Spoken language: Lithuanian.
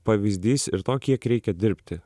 pavyzdys ir to kiek reikia dirbti